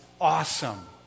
awesome